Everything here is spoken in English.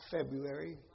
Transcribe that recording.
February